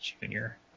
junior